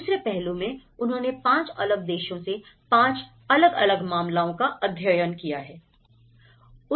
दूसरे पहलू में उन्होंने पांच अलग देशों से पांच अलग अलग मामलों का अध्ययन किया है